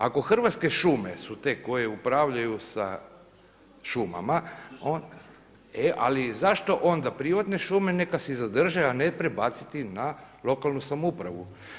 Ako Hrvatske šume su te koje upravljaju sa šumama… … [[Upadica sa strane, ne razumije se.]] e ali zašto onda privatne šume neka si zadrže a ne prebaciti na lokalnu samoupravu.